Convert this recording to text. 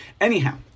anyhow